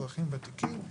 אזרחים ותיקים,